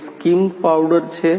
તે skimmed powder છે